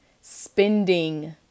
spending